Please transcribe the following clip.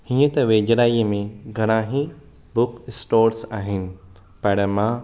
हीअं त वेझिराई मे घणा ई बुक स्टोर्स आहिनि पर मां